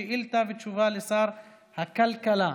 שאילתה ותשובה לשר הכלכלה.